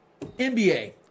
NBA